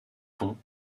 tons